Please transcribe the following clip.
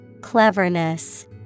Cleverness